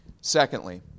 Secondly